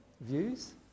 views